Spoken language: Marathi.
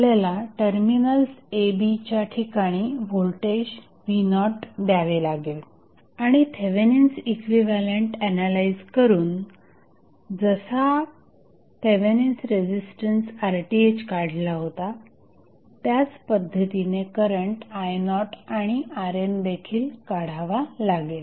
आपल्याला टर्मिनल्स a b च्या ठिकाणी व्होल्टेज v0 द्यावे लागेल आणि थेवेनिन्स इक्विव्हॅलंट एनालाईझ करून जसा थेवेनिन्स रेझिस्टन्स RTh काढला होता त्याच पद्धतीने करंट i0आणि RN देखील काढावा लागेल